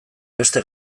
beste